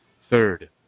Third